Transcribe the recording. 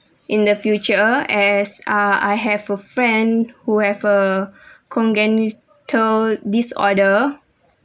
in the future as ah I have a friend who have a congenital disorder